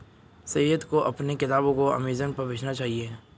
सैयद को अपने किताबों को अमेजन पर बेचना चाहिए